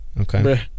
Okay